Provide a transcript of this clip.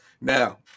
Now